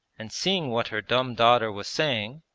and seeing what her dumb daughter was saying,